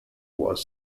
was